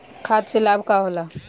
खाद्य से का लाभ होला?